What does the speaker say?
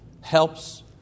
helps